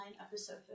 episode